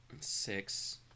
six